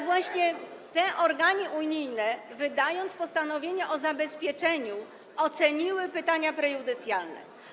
Właśnie te organy unijne, wydając postanowienie o zabezpieczeniu, oceniły pytania prejudycjalne.